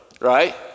right